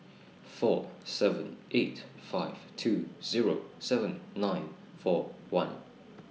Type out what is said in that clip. four seven eight five two Zero seven nine four one